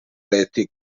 reti